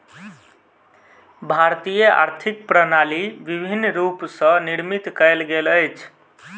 भारतीय आर्थिक प्रणाली विभिन्न रूप स निर्मित कयल गेल अछि